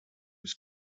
was